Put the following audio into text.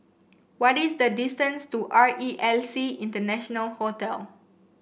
what is the distance to R E L C International Hotel